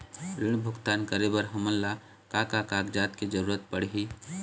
ऋण भुगतान करे बर हमन ला का का कागजात के जरूरत पड़ही?